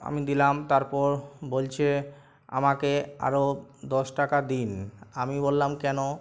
আমি দিলাম তারপর বলছে আমাকে আরো দশ টাকা দিন আমি বললাম কেন